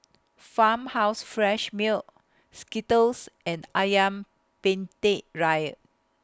Farmhouse Fresh Milk Skittles and Ayam Penyet Ria